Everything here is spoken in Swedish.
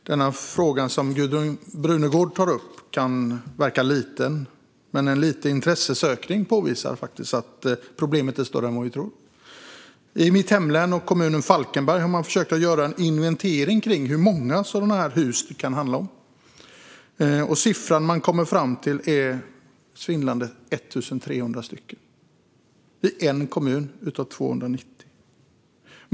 Fru talman! Den fråga som Gudrun Brunegård tar upp kan verka liten, men en liten intressesökning påvisar faktiskt att problemet är större än vad vi tror. I mitt hemlän, i kommunen Falkenberg, har man försökt att göra en inventering av hur många sådana här hus det kan handla om. Siffran man kommit fram till är svindlande: 1 300 stycken. Detta gäller en kommun av 290.